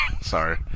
Sorry